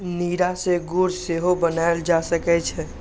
नीरा सं गुड़ सेहो बनाएल जा सकै छै